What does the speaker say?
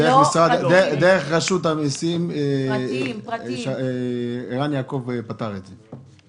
דרך רשות המיסים ערן יעקב פתר את זה.